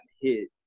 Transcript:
hit